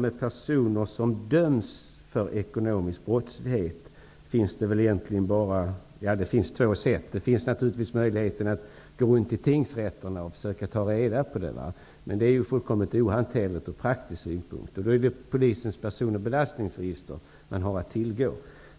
med personer som har dömts för ekonomisk brottslighet finns det två sätt att gå till väga. Naturligtvis finns möjligheten att gå runt till tingsrätterna och försöka att ta reda på detta, men det är ju från praktisk synpunkt fullkomligt ohanterligt. Då är det Polisens personoch belastningsregister som man har att tillgå.